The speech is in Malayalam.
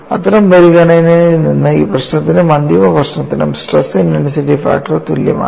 അത്തരം പരിഗണനയിൽ നിന്ന് ഈ പ്രശ്നത്തിനും അന്തിമ പ്രശ്നത്തിനും സ്ട്രെസ് ഇന്റൻസിറ്റി ഫാക്ടർ തുല്യമാണ്